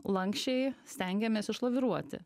lanksčiai stengiamės išlaviruoti